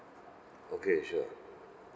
okay sure